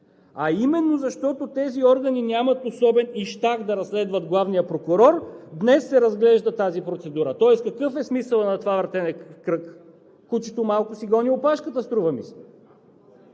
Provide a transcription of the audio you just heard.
А именно защото тези органи нямат особен ищах да разследват главния прокурор, днес се разглежда тази процедура. Тоест какъв е смисълът на това въртене в кръг? Кучето малко си гони опашката, струва ми се.